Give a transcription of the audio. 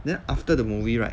then after the movie right